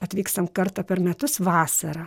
atvykstam kartą per metus vasarą